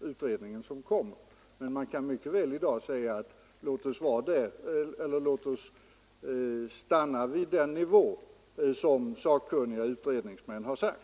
utredningen har kommit fram till ett resultat, men man kan väl ändå i dag säga: Låt oss stanna vid den nivå som sakkunniga utredningsmän har angett.